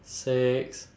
six